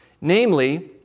Namely